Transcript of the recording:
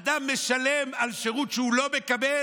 אדם משלם על שירות שהוא לא מקבל.